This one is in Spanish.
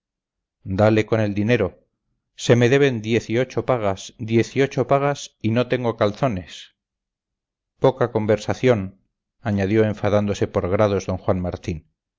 dale con el dinero se me deben diez y ocho pagas diez y ocho pagas y no tengo calzones poca conversación añadió enfadándose por grados d juan martín